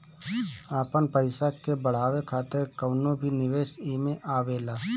आपन पईसा के बढ़ावे खातिर कवनो भी निवेश एमे आवेला